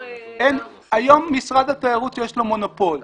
היום למשרד התיירות יש מונופול.